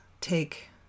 take